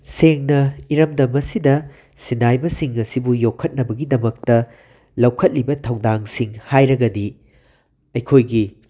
ꯁꯦꯡꯅ ꯏꯔꯝꯗꯝ ꯑꯁꯤꯗ ꯁꯤꯟꯅꯥꯏꯕꯁꯤꯡ ꯑꯁꯤꯕꯨ ꯌꯣꯛꯈꯠꯅꯕꯒꯤꯗꯃꯛꯇ ꯂꯧꯈꯠꯂꯤꯕ ꯊꯧꯗꯥꯡꯁꯤꯡ ꯍꯥꯏꯔꯒꯗꯤ ꯑꯩꯈꯣꯏꯒꯤ